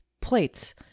Plates